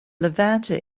levanter